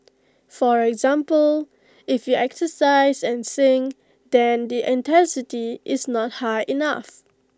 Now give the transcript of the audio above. for example if you exercise and sing then the intensity is not high enough